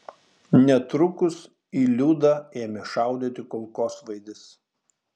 netrukus į liudą ėmė šaudyti kulkosvaidis